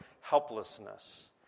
helplessness